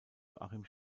joachim